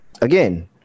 again